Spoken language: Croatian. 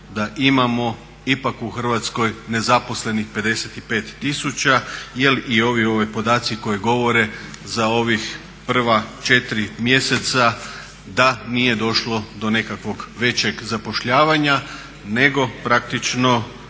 da imamo ipak u Hrvatskoj nezaposlenih 55 tisuća jer i ovi podaci koji govore za ovih prva 4 mjeseca da nije došlo do nekakvog većeg zapošljavanja nego praktično